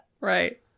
Right